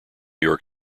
york